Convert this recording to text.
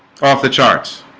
off the charts